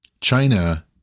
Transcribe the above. China